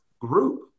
group